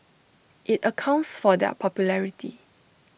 IT accounts for their popularity